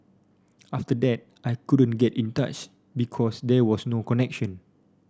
after that I couldn't get in touch because there was no connection